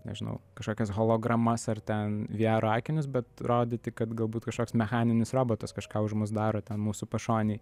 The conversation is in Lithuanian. nežinau kažkokias hologramas ar ten viaro akinius bet rodyti kad galbūt kažkoks mechaninis robotas kažką už mus daro ten mūsų pašonėj